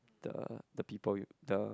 the the people the